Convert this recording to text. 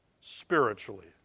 spiritually